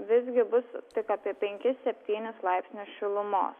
visgi bus tik apie penkis septynis laipsnius šilumos